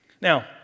Now